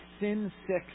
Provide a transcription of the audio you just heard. sin-sick